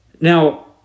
Now